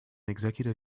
executive